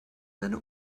seine